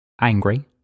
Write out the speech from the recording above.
Angry